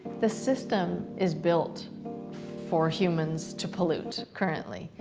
the system is built for humans to pollute, currently.